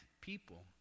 people